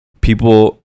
people